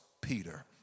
Peter